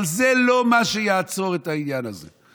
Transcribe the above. אבל זה לא מה שיעצור את העניין הזה.